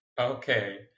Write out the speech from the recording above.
Okay